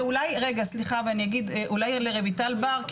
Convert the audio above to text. ואולי רגע סליחה ואני אגיד אולי לרויטל בר,